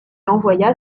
envoya